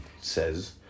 says